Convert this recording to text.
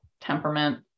temperament